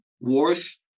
worth